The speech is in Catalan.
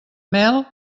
mel